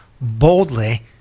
boldly